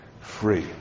Free